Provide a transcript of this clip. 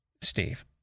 steve